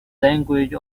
language